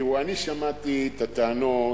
תראו, אני שמעתי את הטענות